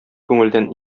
күңелдән